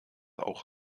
auch